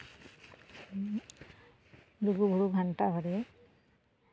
ᱞᱩᱜᱩᱼᱵᱩᱨᱩ ᱜᱷᱟᱱᱴᱟ ᱵᱟᱲᱮ